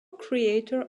creator